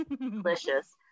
Delicious